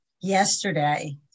yesterday